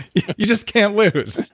you just can't lose